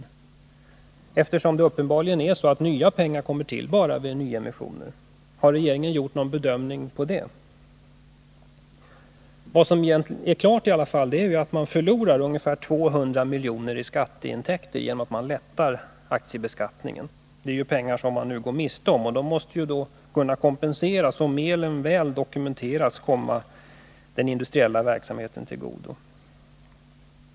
Eftersom det uppenbarligen är så att nya pengar bara kommer till vid nyemissioner, undrar jag om regeringen har gjort någon bedömning i det avseendet. Vad som är klart är dock att samhället förlorar 200 milj.kr. i minskade skatteintäkter genom de föreslagna lättnaderna i aktiebeskattningen. Det är pengar som samhället går miste om. De pengarna måste kunna kompenseras, och det måste mer än väl kunna dokumenteras att motsvarande belopp kommer den industriella verksamheten till godo.